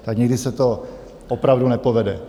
Tak někdy se to opravdu nepovede.